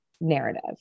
narrative